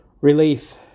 relief